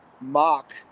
mock